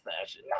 fashion